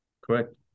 Correct